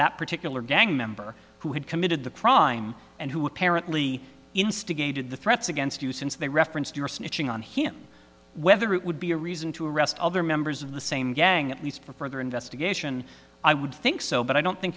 that particular gang member who had committed the crime and who apparently instigated the threats against you since they referenced your snitching on him whether it would be a reason to arrest other members of the same gang at least for further investigation i would think so but i don't think